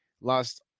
lost